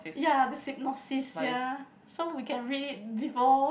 ya the synopsis ya so we can read it before